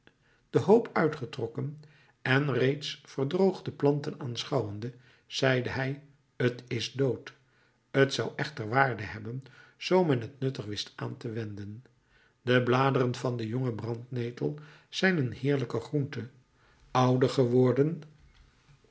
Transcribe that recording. den hoop uitgetrokken en reeds verdroogde planten aanschouwende zeide hij t is dood t zou echter waarde hebben zoo men t nuttig wist aan te wenden de bladeren van de jonge brandnetel zijn een heerlijke groente ouder geworden